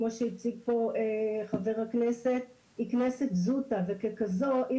כמו שהציג כאן חבר הכנסת כנסת זוטא וככזאת אי